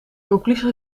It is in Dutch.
conclusie